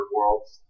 Worlds